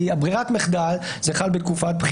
וכך גם נהגנו בכנסת ה-20 ושוב,